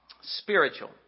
spiritual